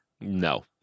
no